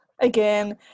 again